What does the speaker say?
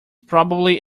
probably